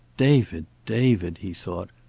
david, david! he thought.